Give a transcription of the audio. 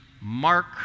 mark